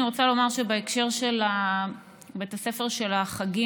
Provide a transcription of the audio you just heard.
אני רוצה לומר שבהקשר של בית הספר של החגים,